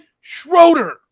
schroeder